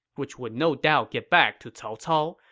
which would no doubt get back to cao cao,